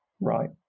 right